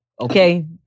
Okay